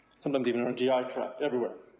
sometimes even our gi ah tract. everywhere.